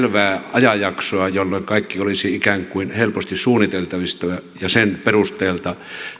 ajanjaksoa jolloin kaikki olisi ikään kuin helposti suunniteltavissa ja sen perusteelta